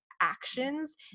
actions